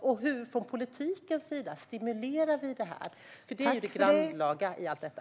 Och hur stimulerar vi detta från politikens sida, eftersom det är det grannlaga i allt detta?